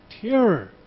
terror